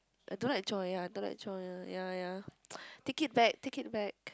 I don't like Joy ya I don't like Joy ya ya take it back take it back